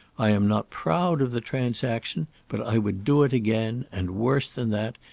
i am not proud of the transaction, but i would do it again, and worse than that,